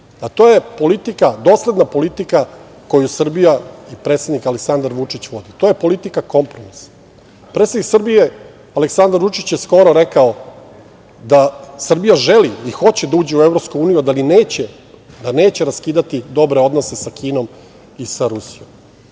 a to je dosledna politika koju Srbija i predsednik Aleksandar Vučić vode. To je politika kompromisa. Predsednik Srbije Aleksandar Vučić je skoro rekao da Srbija želi i hoće da uđe u EU ali da neće raskidati dobre odnose sa Kinom i sa Rusijom.